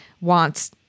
wants